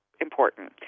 important